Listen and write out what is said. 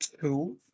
two